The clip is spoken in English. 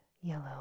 yellow